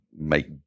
make